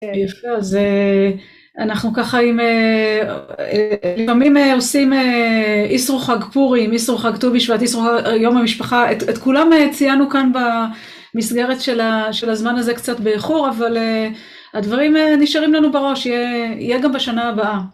כן, יפה, אז אנחנו ככה, אם... לפעמים עושים איסרו חג פורים, איסרו חג טו בשבט, איסרו חג יום המשפחה, את כולם ציינו כאן במסגרת של הזמן הזה, קצת באיחור, אבל הדברים נשארים לנו בראש, יהיה גם בשנה הבאה.